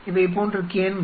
இவை போன்ற கேன்கள்